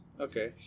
Okay